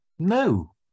No